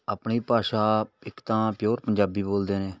ਆਪਣੀ ਭਾਸ਼ਾ ਇੱਕ ਤਾਂ ਪਿਓਰ ਪੰਜਾਬੀ ਬੋਲਦੇ ਨੇ